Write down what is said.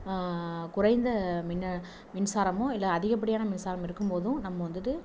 குறைந்த மின்சாரம் இல்லை அதிகப்படியான மின்சாரம் இருக்கும் போதும் நம்ம வந்துட்டு